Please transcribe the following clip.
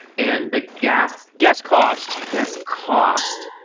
and the gas gas cost. gas cost.